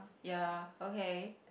ya okay